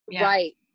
right